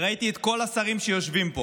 ראיתי את כל השרים שיושבים פה